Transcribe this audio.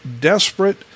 desperate